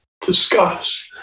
discuss